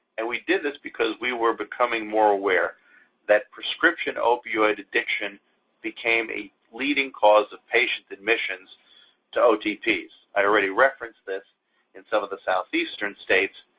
and we did this because we were becoming more aware that prescription opioid addiction became a leading cause of patient admissions to otps. i'd already referenced this in some of the southeastern states,